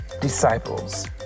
disciples